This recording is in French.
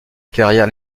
carrière